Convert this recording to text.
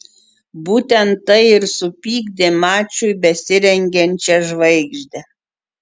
būtent tai ir supykdė mačui besirengiančią žvaigždę